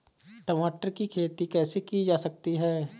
टमाटर की खेती कैसे की जा सकती है?